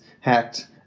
hacked